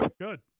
Good